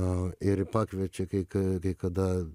o ir pakviečia kai ka kai kada